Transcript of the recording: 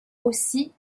aussi